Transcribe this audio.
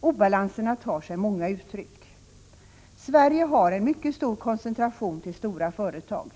Obalanserna tar sig många uttryck. Sverige har en mycket stor koncentration till stora företag.